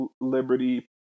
liberty